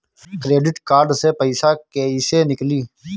Credit card से पईसा केइसे निकली?